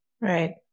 Right